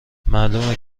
معلومه